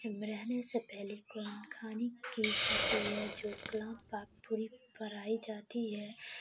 میں رہنے سے پہلے قرآن خوانی کی جاتی ہے جو کلام پاک پوری پڑھائی جاتی ہے